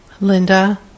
Linda